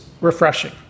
refreshing